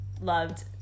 loved